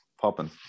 popping